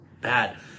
bad